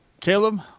Caleb